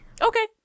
Okay